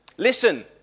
Listen